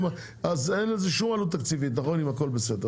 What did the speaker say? אז אין לזה שום עלות תקציבית אם הכל בסדר,